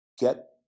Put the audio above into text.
get